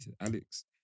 Alex